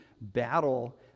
battle